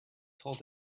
told